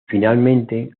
finalmente